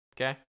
Okay